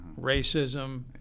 racism